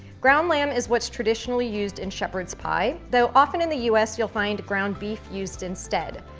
ground lamb is what's traditionally used in shepherd's pie, though often in the us you'll find ground beef used instead.